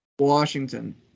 Washington